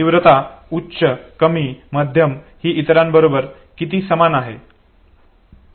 तीव्रता उच्च कमी मध्यम ही इतरांबरोबर किती समान आहे